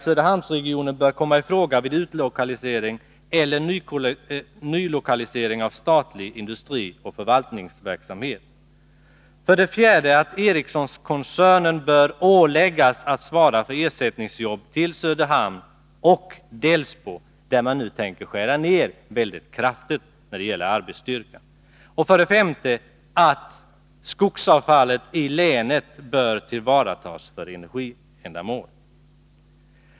Söderhamnsregionen bör komma i fråga vid utlokalisering eller nylokalisering av statlig industrioch förvaltningsverksamhet. 4. Eriessonkoncernen bör åläggas att svara för ersättningsjobb till Söderhamn -— jag vill tillägga också till Delsbo, där man nu tänker skära ned mycket kraftigt när det gäller arbetsstyrkan.